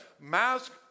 Mask